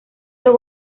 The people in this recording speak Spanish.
los